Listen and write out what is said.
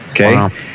Okay